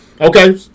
Okay